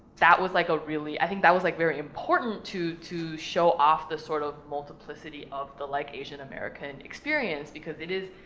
that was like a really, i think that was, like, very important to to show off the sort of multiplicity of the, like, asian american experience, because it is,